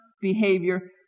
behavior